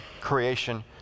creation